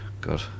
God